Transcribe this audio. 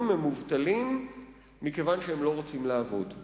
הם מובטלים כיוון שהם לא רוצים לעבוד.